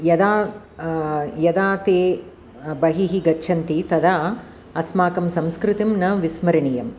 यदा यदा ते बहिः गच्छन्ति तदा अस्माकं संस्कृतिं न विस्मरणीयम्